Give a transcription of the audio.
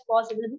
possible